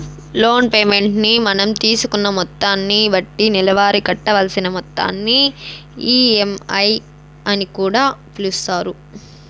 loan payment ని మనం తీసుకున్న మొత్తాన్ని బట్టి నెలవారీ కట్టవలసిన మొత్తాన్ని ఈ.ఎం.ఐ అని కూడా పిలుస్తారు